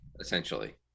essentially